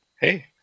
hey